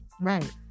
Right